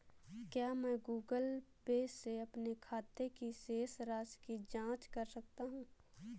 क्या मैं Google Pay से अपने खाते की शेष राशि की जाँच कर सकता हूँ?